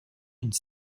une